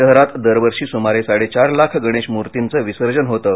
शहरात दरवर्षी सुमारे साडेचार लाख गणेशमूर्तीचं विसर्जन होतं